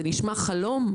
זה נשמע חלום?